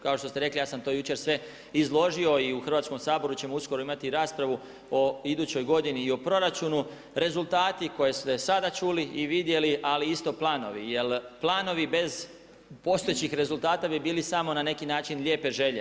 Kao što ste rekli, ja sam to jučer sve izložio i u Hrvatskom saboru ćemo uskoro imati raspravu o idućoj godini i o proračunu, rezultati koje ste sada čuli i vidjeli ali isto i planovi jer planovi bez postojećih rezultata bi bili samo na neki način lijepe želje.